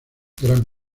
gran